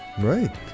Right